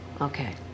Okay